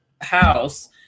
house